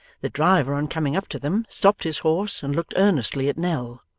the driver on coming up to them stopped his horse and looked earnestly at nell.